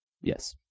Yes